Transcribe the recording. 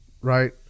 right